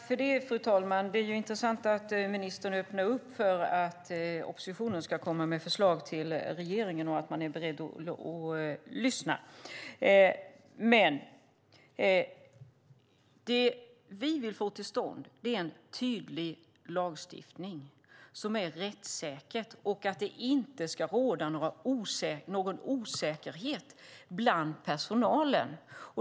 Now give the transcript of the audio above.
Fru talman! Det är ju intressant att ministern öppnar upp för att oppositionen ska komma med förslag till regeringen och att man är beredd att lyssna. Det vi vill få till stånd är en tydlig lagstiftning som är rättssäker och att det inte ska råda någon osäkerhet bland personalen.